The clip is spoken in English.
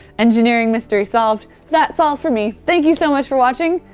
engineering mystery solved. that's all for me. thank you so much for watching,